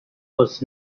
was